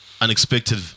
unexpected